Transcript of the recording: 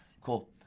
cool